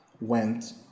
went